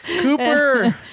Cooper